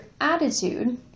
attitude